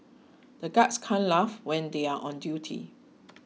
the guards can't laugh when they are on duty